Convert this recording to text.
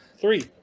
Three